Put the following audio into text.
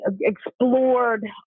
explored